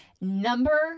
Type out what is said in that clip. Number